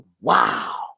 wow